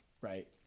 Right